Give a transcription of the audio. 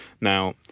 now